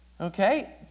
Okay